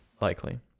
Likely